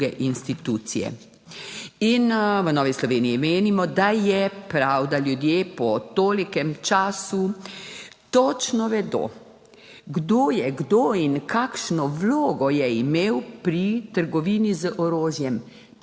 V Novi Sloveniji menimo, da je prav, da ljudje po tolikem času točno vedo, kdo je kdo in kakšno vlogo je imel pri trgovini z orožjem